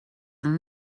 than